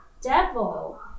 devil